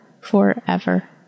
forever